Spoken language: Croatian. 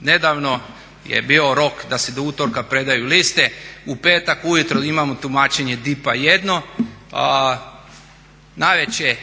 nedavno je bio rok da se do utorka predaju liste, u petak ujutro imamo tumačenje DIP-a jedno, navečer